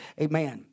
Amen